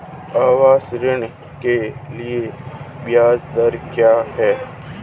आवास ऋण के लिए ब्याज दर क्या हैं?